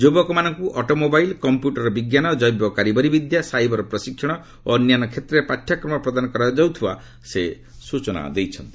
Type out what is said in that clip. ଯୁବକମାନଙ୍କୁ automobile computer ବିଜ୍ଞାନ ଜୈବ କାରିଗରୀ ବିଦ୍ୟା ସାଇବର ପ୍ରଶିକ୍ଷଣ ଓ ଅନ୍ୟାନ୍ୟ କ୍ଷେତ୍ରରେ ପାଠ୍ୟକ୍ରମ ପ୍ରଦାନ କରାଯାଉଥିବା ସେ ସୂଚନା ଦେଇଛନ୍ତି